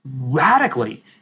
radically